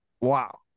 Wow